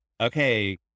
Okay